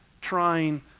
trying